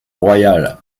royale